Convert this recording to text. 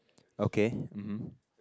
okay mmhmm